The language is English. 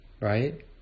right